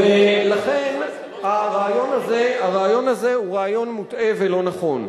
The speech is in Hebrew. ולכן הרעיון הזה הוא רעיון מוטעה ולא נכון.